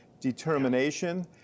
determination